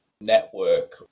network